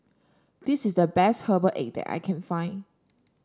this is the best Herbal Egg that I can find